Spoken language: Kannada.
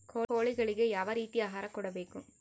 ಕೋಳಿಗಳಿಗೆ ಯಾವ ರೇತಿಯ ಆಹಾರ ಕೊಡಬೇಕು?